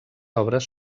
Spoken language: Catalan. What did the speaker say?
obres